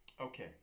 Okay